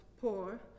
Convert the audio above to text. poor